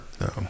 No